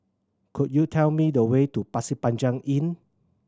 could you tell me the way to Pasir Panjang Inn